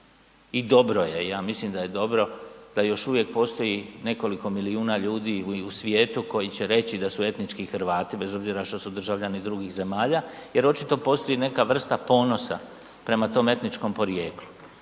I dobro je, ja mislim da je dobro da još uvijek postoji nekoliko milijuna ljudi u svijetu koji će reći da su etnički Hrvati bez obzira što su državljani drugih zemalja jer očito postoji neka vrsta ponosa prema tom etničkom porijeklu.